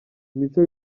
imico